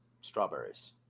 Strawberries